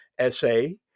essay